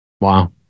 Wow